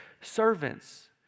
servants